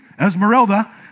Esmeralda